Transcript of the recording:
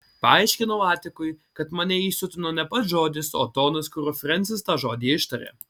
paaiškinau atikui kad mane įsiutino ne pats žodis o tonas kuriuo frensis tą žodį ištarė